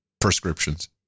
prescriptions